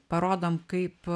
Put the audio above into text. parodom kaip